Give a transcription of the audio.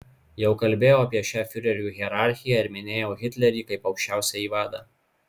jau kalbėjau apie šią fiurerių hierarchiją ir minėjau hitlerį kaip aukščiausiąjį vadą